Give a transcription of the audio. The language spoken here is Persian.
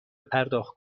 پرداخت